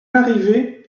arrivée